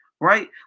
right